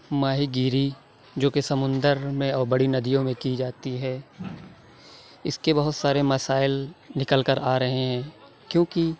ماہی گیری جو کہ سمندر میں اور بڑی ندیوں میں کی جاتی ہے اِس کے بہت سارے مسائل نکل کر آ رہے ہیں کیوں کہ